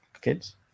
kids